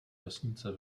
vesnice